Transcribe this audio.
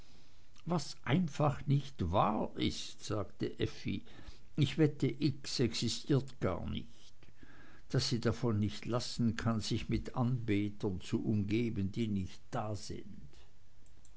was einfach nicht wahr ist sagte effi ich wette x existiert gar nicht daß sie nicht davon lassen kann sich mit anbetern zu umgeben die nicht da sind